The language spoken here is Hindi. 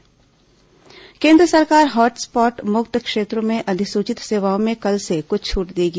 कोरोना केन्द्र छूट केन्द्र सरकार हॉट स्पॉट मुक्त क्षेत्रों में अधिसूचित सेवाओं में कल से कुछ छूट देगी